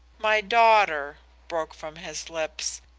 my daughter broke from his lips,